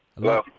hello